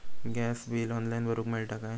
Gas bill online भरुक मिळता काय?